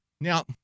Now